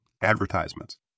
advertisements